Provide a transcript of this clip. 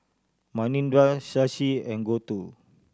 Manindra Shashi and Gouthu